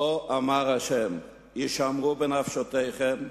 כה אמר ה', הישמרו בנפשותיכם,